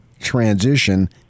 transition